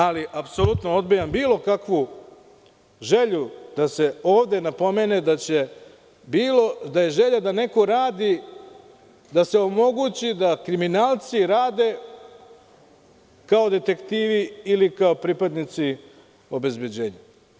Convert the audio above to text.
Ali, apsolutno odbijam bilo kakvu želju da se ovde napomene da je želja da neko radi, da se omogući da kriminalci rade kao detektivi ili kao pripadnici obezbeđenja.